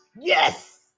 Yes